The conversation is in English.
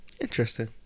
interesting